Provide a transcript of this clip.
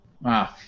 Wow